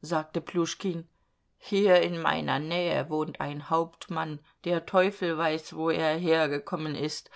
sagte pljuschkin hier in meiner nähe wohnt ein hauptmann der teufel weiß wo er hergekommen ist